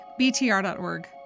BTR.org